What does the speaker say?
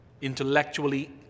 intellectually